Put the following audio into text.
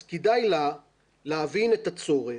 אז כדאי לה להבין את הצורך